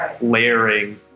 layering